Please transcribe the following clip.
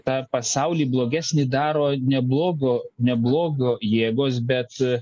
tą pasaulį blogesnį daro neblogo ne blogio jėgos bet